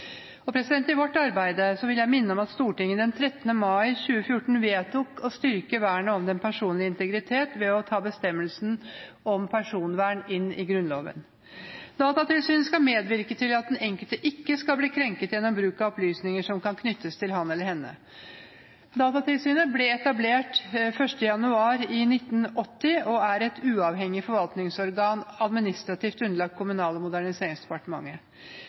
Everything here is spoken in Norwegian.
vil minne om at Stortinget den 13. mai 2014 vedtok å styrke vernet om den personlige integritet ved å ta bestemmelsen om personvern inn i Grunnloven. Datatilsynet skal medvirke til at den enkelte ikke skal bli krenket gjennom bruk av opplysninger som kan knyttes til ham eller henne. Datatilsynet ble etablert 1. januar 1980 og er et uavhengig forvaltningsorgan administrativt underlagt Kommunal- og moderniseringsdepartementet.